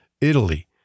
Italy